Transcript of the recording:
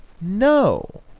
No